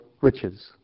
riches